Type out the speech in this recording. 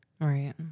Right